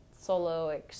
solo